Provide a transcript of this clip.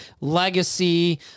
Legacy